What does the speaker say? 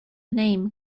name